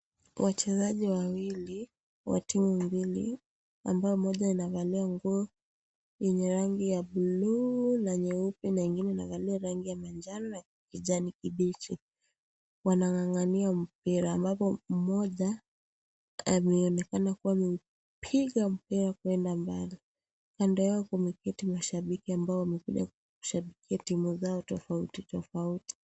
Wachezaji wawili wa timu mbili ambao moja inavalia nguo yenye rangi ya buluu na nyeupe na ingine inavalia rangi ya manjano na kijani kibichi. Wanang'ang'ania mpira ambapo mmoja ameonekana kuwa amepiga mpira kwenda mbali. Kando yao kumeketi mashabiki ambao wamekuja kushabikia timu zao tofauti tofauti.